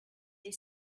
they